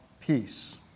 peace